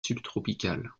subtropicales